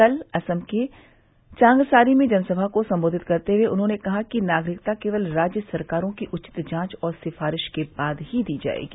कल असम के चांगसारी में जनसभा को संबोधित करते हुए उन्होंने कहा कि नागरिकता केवल राज्य सरकारों की उचित जांच और सिफारिश के बाद ही दी जाएगी